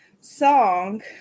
song